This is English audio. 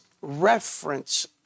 reference